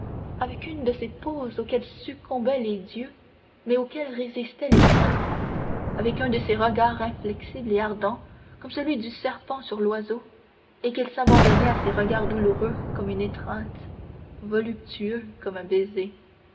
avec une de ces poses auxquelles succombaient les dieux mais auxquelles résistaient les saints avec un de ces regards inflexibles et ardents comme celui du serpent sur l'oiseau et qu'il s'abandonnait à ces regards douloureux comme une étreinte voluptueux comme un baiser